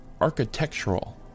architectural